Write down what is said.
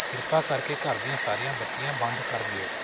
ਕਿਰਪਾ ਕਰਕੇ ਘਰ ਦੀਆਂ ਸਾਰੀਆਂ ਬੱਤੀਆਂ ਬੰਦ ਕਰ ਦਿਓ